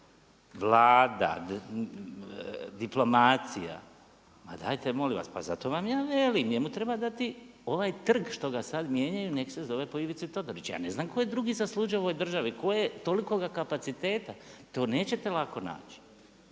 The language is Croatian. Vlada, diplomacija, pa dajte molim vas. Pa zato vam ja velim, njemu treba dati ovaj trg što ga sada mijenjaju nek se zove po Ivici Todoriću. Ja ne zna ko je drugi zaslužio u ovoj državi, ko je tolikog kapaciteta, to neće lako nać.